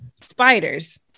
spiders